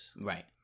Right